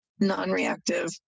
non-reactive